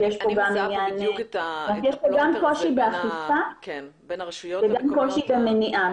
זאת אומרת, יש פה גם קושי באכיפה וגם קושי במניעה.